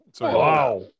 Wow